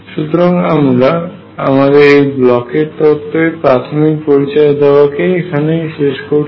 সুতরাং আমরা আমাদের এই ব্লকের তত্ত্ব এর প্রাথমিক পরিচয় দেওয়া কে এখানেই শেষ করছি